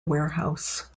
warehouse